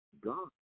God